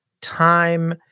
time